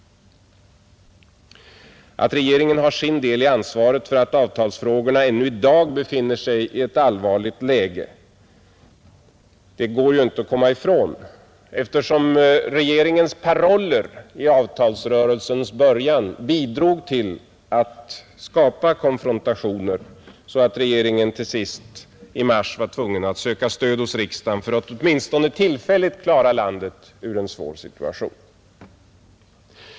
Att regeringen har sin del i ansvaret för att avtalsfrågorna ännu i dag befinner sig i ett allvarligt läge går det ju inte att komma ifrån, eftersom regeringens paroller i avtalsrörelsens början bidrog till att skapa konfrontationer så att regeringen till sist i mars var tvungen att söka stöd hos riksdagen för att åtminstone tillfälligt klara landet ur en svår situation.